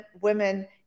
women